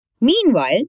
Meanwhile